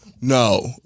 no